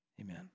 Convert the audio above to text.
Amen